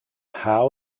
how